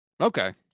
Okay